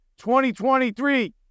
2023